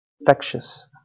Infectious